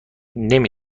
نمی